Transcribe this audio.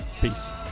Peace